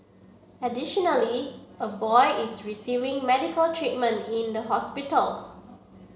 additionally a boy is receiving medical treatment in the hospital